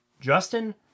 Justin